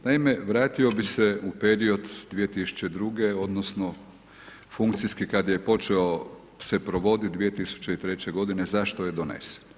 Naime, vratio bih se u period 2002., odnosno funkcijski kada je počeo se provoditi 2003. godine zašto je donesen.